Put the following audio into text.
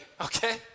okay